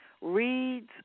reads